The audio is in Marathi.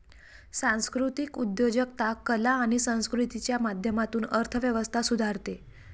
सांस्कृतिक उद्योजकता कला आणि संस्कृतीच्या माध्यमातून अर्थ व्यवस्था सुधारते